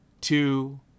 two